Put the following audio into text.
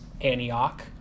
antioch